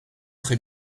très